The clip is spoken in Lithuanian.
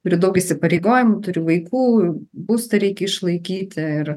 yra daug įsipareigojimų turi vaikų būstą reikia išlaikyti ir